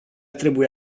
trebuie